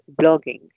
blogging